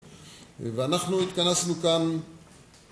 ואנחנו התכנסנו כאן